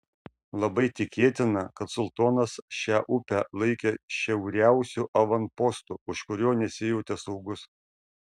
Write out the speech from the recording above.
labai tikėtina kad sultonas šią upę laikė šiauriausiu avanpostu už kurio nesijautė saugus